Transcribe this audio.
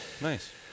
Nice